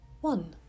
One